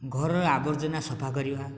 ଘରର ଆବର୍ଜନା ସଫା କରିବା